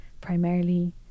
primarily